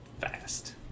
fast